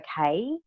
okay